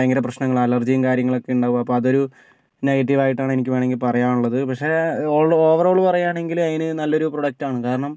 ഭയങ്കര പ്രശ്നങ്ങളാ അലർജിയും കാര്യങ്ങളൊക്കെയിണ്ടാവുക അപ്പം അതൊരു നെഗറ്റീവായിട്ടാണ് എനിക്ക് വേണമെങ്കിൽ പറയാനുള്ളത് പക്ഷേ ഓൾ ഓവറോള് പറയുകയാണെങ്കില് അതിന് നല്ലൊരു പ്രൊഡക്റ്റാണ് കാരണം